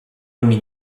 ogni